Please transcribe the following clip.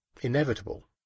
inevitable